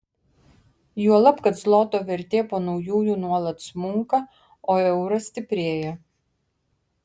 juolab kad zloto vertė po naujųjų nuolat smunka o euras stiprėja